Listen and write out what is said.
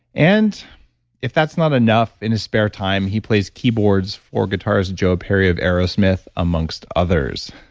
and if that's not enough, in his spare time he plays keyboards or guitars joe perry of aerosmith, amongst others.